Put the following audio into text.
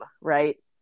right